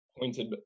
pointed